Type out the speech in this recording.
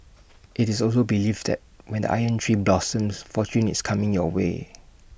it's also believed that when the iron tree blossoms fortune is coming your way